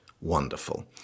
wonderful